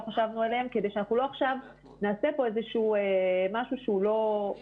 חשבנו עליהם כדי שאנחנו לא עכשיו נעשה פה משהו שלא